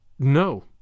No